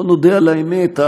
בוא נודה על האמת,